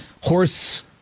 horse